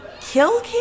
kill